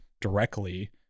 directly